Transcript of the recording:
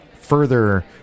further